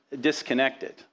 disconnected